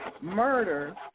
murder